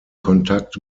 kontakt